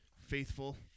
faithful